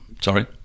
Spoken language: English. Sorry